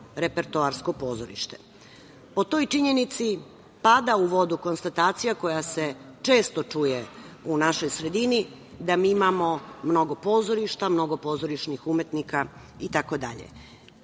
repertoarsko pozorište. Po toj činjenici pada u vodu konstatacija koja se često čuje u našoj sredini da mi imamo mnogo pozorišta, mnogo pozorišnih umetnika itd.